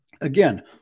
Again